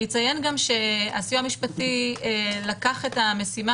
אני אציין גם שהסיוע המשפטי לקח את המשימה